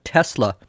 Tesla